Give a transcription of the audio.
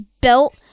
built